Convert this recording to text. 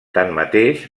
tanmateix